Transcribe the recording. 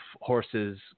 horses